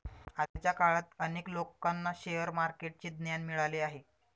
आजच्या काळात अनेकांना शेअर मार्केटचे ज्ञान मिळाले आहे